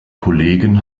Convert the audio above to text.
kollegen